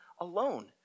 alone